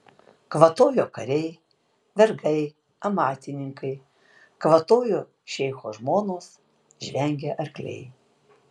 kvatojo kariai vergai amatininkai kvatojo šeicho žmonos žvengė arkliai